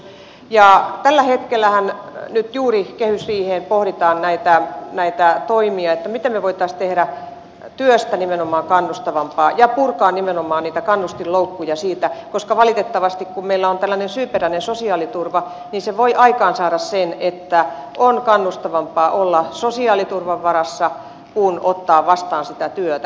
ja tällä hetkellähän nyt juuri kehysriiheen pohditaan näitä toimia miten me voisimme tehdä työstä nimenomaan kannustavampaa ja purkaa nimenomaan niitä kannustinloukkuja siitä koska valitettavasti kun meillä on tällainen syyperäinen sosiaaliturva se voi aikaansaada sen että on kannustavampaa olla sosiaaliturvan varassa kuin ottaa vastaan työtä